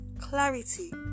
clarity